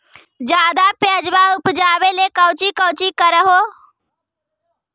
ज्यादा प्यजबा उपजाबे ले कौची कौची कर हो?